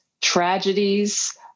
tragedies